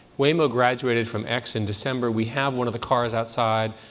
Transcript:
waymo graduated from x in december. we have one of the cars outside.